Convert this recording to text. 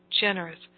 generous